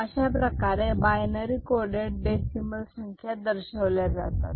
अशाप्रकारे binary coded decimal संख्या दर्शवल्या जातात